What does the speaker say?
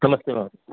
नमस्ते महोदया